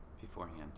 beforehand